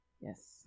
Yes